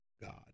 God